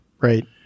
Right